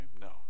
No